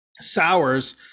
Sours